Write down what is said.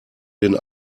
den